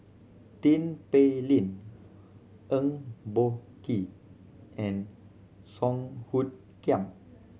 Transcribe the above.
Tin Pei Ling Eng Boh Kee and Song Hoot Kiam